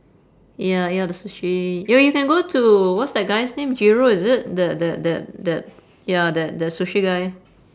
ya eat all the sushi you you can go to what's the guy's name jiro is it that that that that ya that that sushi guy